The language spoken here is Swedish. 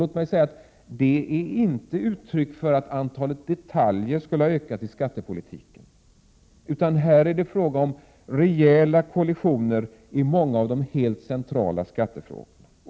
Det är inte ett uttryck för att antalet detaljer skulle ha ökat i skattepolitiken, utan här är det fråga om rejäla kollisioner i många av de helt centrala skattefrågorna.